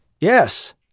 Yes